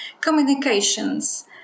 communications